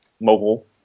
mobile